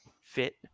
fit